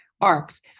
arcs